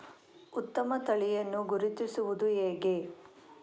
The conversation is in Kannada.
ಉತ್ತಮ ತಳಿಯನ್ನು ಗುರುತಿಸುವುದು ಹೇಗೆ?